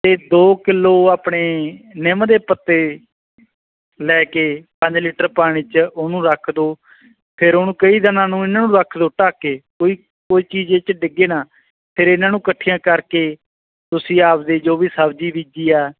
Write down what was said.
ਅਤੇ ਦੋ ਕਿਲੋ ਆਪਣੇ ਨਿੰਮ ਦੇ ਪੱਤੇ ਲੈ ਕੇ ਪੰਜ ਲੀਟਰ ਪਾਣੀ 'ਚ ਉਹਨੂੰ ਰੱਖ ਦਿਓ ਫਿਰ ਉਹਨੂੰ ਕਈ ਦਿਨਾਂ ਨੂੰ ਇਹਨਾਂ ਨੂੰ ਰੱਖ ਦਿਓ ਢੱਕ ਕੇ ਕੋਈ ਕੋਈ ਚੀਜ਼ ਇਹ 'ਚ ਡਿੱਗੇ ਨਾ ਫਿਰ ਇਹਨਾਂ ਨੂੰ ਇਕੱਠੀਆਂ ਕਰਕੇ ਤੁਸੀਂ ਆਪਦੇ ਜੋ ਵੀ ਸਬਜ਼ੀ ਬੀਜੀ ਆ